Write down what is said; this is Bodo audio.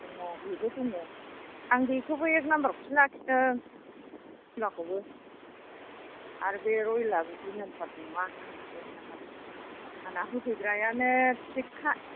दङ बेबो दङ आं बेखौबो एक नाम्बार खौसो लाखिदों खुलाखौबो आरो बे रयेल आबो दुइ नाम्बार नङा आंना एक नाम्बार सो आंना होफैग्रायानो थिगखा